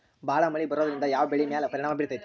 ಭಾಳ ಮಳಿ ಬರೋದ್ರಿಂದ ಯಾವ್ ಬೆಳಿ ಮ್ಯಾಲ್ ಪರಿಣಾಮ ಬಿರತೇತಿ?